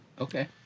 Okay